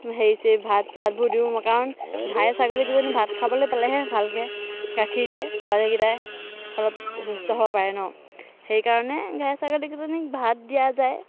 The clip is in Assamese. হেৰি চেৰি ভাত চাতবোৰ দিওঁ কাৰণ ঘাই ছাগলীকেইজনী ভাত খাবলৈ পালেহে ভাকৈ গাখীৰ দিয়ে পোৱালিকেইটাই অলপ সুস্থ হ'ব পাৰে ন সেইকাৰণে ঘাই ছাগলীকেইজনীক ভাত দিয়া যায়